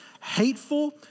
hateful